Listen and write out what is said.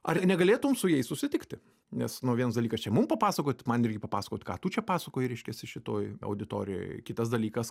ar negalėtum su jais susitikti nes nu vienas dalykas čia mum papasakot man irgi papasakot ką tu čia pasakoji reiškiasi šitoj auditorijoj kitas dalykas